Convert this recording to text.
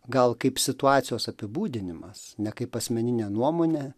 gal kaip situacijos apibūdinimas ne kaip asmeninė nuomonė